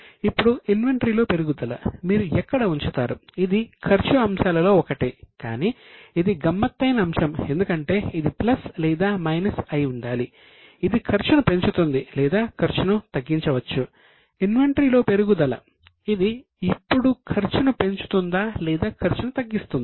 ఇప్పుడు ఇన్వెంటరీలో పెరుగుదల ఇది ఇప్పుడు ఖర్చును పెంచుతుందా లేదా ఖర్చును తగ్గిస్తుందా